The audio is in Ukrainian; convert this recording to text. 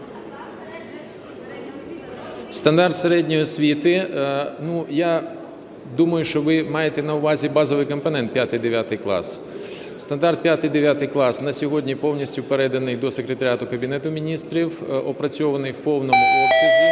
Стандарт середньої освіти. Ну, я думаю, що ви маєте на увазі базовий компонент – 5-9 клас. Стандарт 5-9 клас на сьогодні повністю переданий до Секретаріату Кабінету Міністрів, опрацьований в повному обсязі